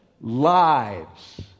lives